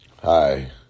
Hi